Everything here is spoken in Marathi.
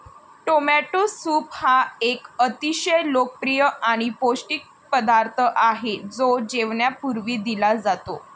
टोमॅटो सूप हा एक अतिशय लोकप्रिय आणि पौष्टिक पदार्थ आहे जो जेवणापूर्वी दिला जातो